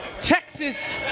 Texas